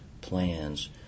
plans